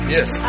Yes